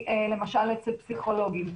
למשל אצל פסיכולוגים,